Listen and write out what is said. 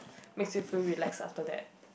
makes you feel relax after that